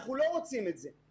אנחנו לא רוצים את זה,